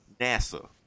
nasa